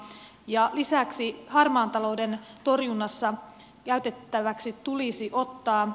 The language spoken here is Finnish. ja lisäksi harmaan talouden torjunnassa käytettäväksi tulisi ottaa